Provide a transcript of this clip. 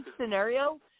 scenario